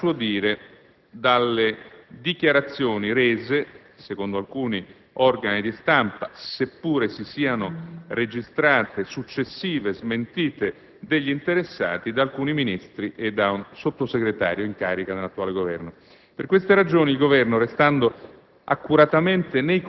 determinata, a suo dire, dalle dichiarazioni rese, secondo alcuni organi di stampa - seppure si siano registrate successive smentite degli interessati - da alcuni Ministri e da un Sottosegretario in carica nell'attuale Governo. Per queste ragioni, il Governo, restando